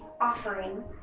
offering